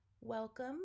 Welcome